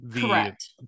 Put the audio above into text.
correct